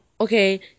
okay